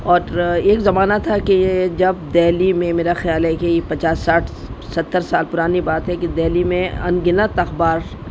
اور ایک زمانہ تھا کہ جب دہلی میں میرا خیال ہے کہ پچاس ساٹھ ستر سال پرانی بات ہے کہ دہلی میں ان گنت اخبار